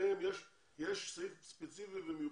שלגביהם יש סעיף ספציפי במיוחד.